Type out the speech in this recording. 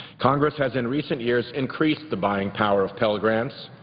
congress has in recent years increased the buying power of pell grants,